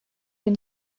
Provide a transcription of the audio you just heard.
den